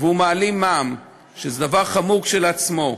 והוא מעלים מע"מ, שזה דבר חמור כשלעצמו,